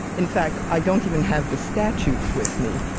in fact, i don't even have the statute with me.